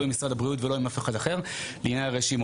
לא עם משרד הבריאות ולא עם אף אחד אחר לעניין הרשימות.